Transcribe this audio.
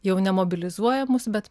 jau ne mobilizuoja mus bet